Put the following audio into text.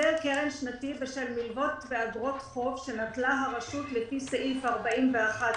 החזר קרן שנתי בשל מילוות ואגרות חוב שנטלה הרשות לפי סעיף 41(ב),